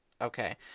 Okay